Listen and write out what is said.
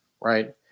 right